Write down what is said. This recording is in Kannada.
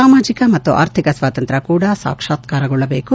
ಸಾಮಾಜಿಕ ಮತ್ತು ಆರ್ಥಿಕ ಸ್ವಾತಂತ್ರ್ಯ ಕೂಡ ಸಾಕ್ಷಾತ್ಕಾರಗೊಳ್ಳಬೇಕು